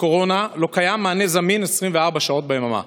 קורונה לא קיים מענה זמין 24 שעות ביממה?